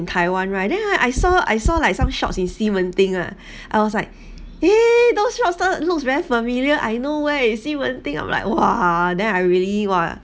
in taiwan right then I saw I saw like some shops you see in ximending ah I was like eh those shops looks very familiar I know where is ximending I'm like !wah! then I really !wah!